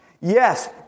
Yes